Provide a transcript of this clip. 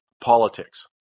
politics